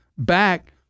back